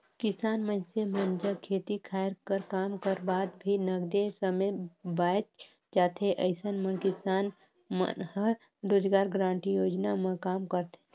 किसान मइनसे मन जग खेती खायर कर काम कर बाद भी नगदे समे बाएच जाथे अइसन म किसान मन ह रोजगार गांरटी योजना म काम करथे